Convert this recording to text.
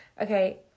Okay